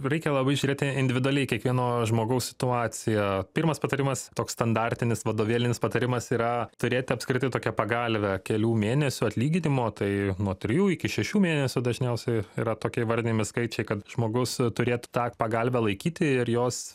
reikia labai žiūrėti individualiai į kiekvieno žmogaus situaciją pirmas patarimas toks standartinis vadovėlinis patarimas yra turėti apskritai tokią pagalvę kelių mėnesių atlyginimo tai nuo trijų iki šešių mėnesių dažniausiai yra tokie įvardijami skaičiai kad žmogus turėtų tą pagalvę laikyti ir jos